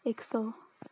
एक सय